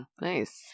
Nice